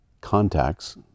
contacts